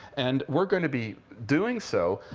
and we're going to be doing so,